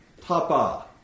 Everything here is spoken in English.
Papa